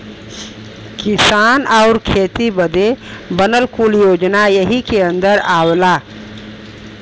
किसान आउर खेती बदे बनल कुल योजना यही के अन्दर आवला